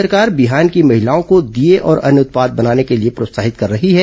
राज्य सरकार बिहान की महिलाओं दीये और अन्य उत्पाद बनाने के लिए प्रोत्साहित कर रही हैं